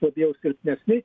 labiau silpnesni